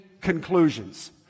conclusions